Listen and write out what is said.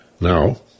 Now